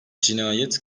cinayet